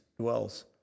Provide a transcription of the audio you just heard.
dwells